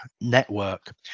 network